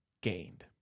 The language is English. gained